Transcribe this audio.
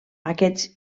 aquests